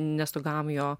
nesugavom jo